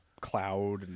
Cloud